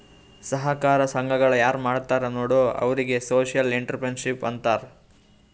ಸಹಕಾರ ಸಂಘಗಳ ಯಾರ್ ಮಾಡ್ತಾರ ನೋಡು ಅವ್ರಿಗೆ ಸೋಶಿಯಲ್ ಇಂಟ್ರಪ್ರಿನರ್ಶಿಪ್ ಅಂತಾರ್